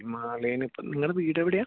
ഹിമാലയനിപ്പോ നിങ്ങടെ വീടെവിടെയാ